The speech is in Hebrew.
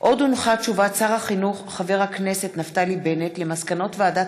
קסניה סבטלובה, דב חנין, מרב מיכאלי,